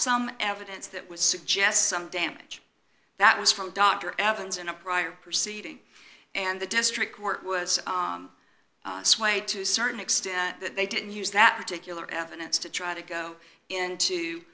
some evidence that was suggest some damage that was from dr evans in a prior proceeding and the district court was swayed to certain extent that they didn't use that particular evidence to try to go into